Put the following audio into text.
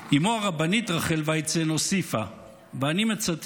אימו, הרבנית רחל ויצן, הוסיפה ואני מצטט: